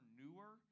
newer